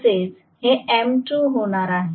तसेच हे एम 2 होणार आहे